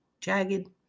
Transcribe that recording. jagged